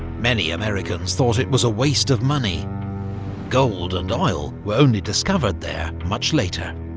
many americans thought it was a waste of money gold and oil were only discovered there much later.